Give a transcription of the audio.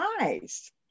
eyes